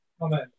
Amen